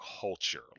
culture